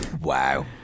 Wow